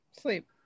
Sleep